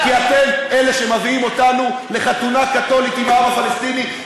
כי אתם אלה שמביאים אותנו לחתונה קתולית עם העם הפלסטיני,